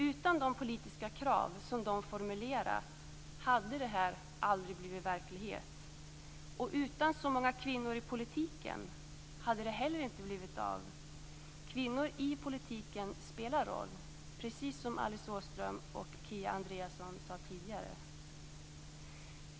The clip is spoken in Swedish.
Utan de politiska krav som de formulerat hade det här aldrig blivit verklighet. Och utan så många kvinnor i politiken hade det inte heller blivit av. Kvinnor i politiken spelar roll, precis som Alice Åström och Kia Andreasson sade tidigare.